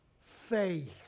faith